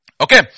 Okay